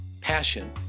Passion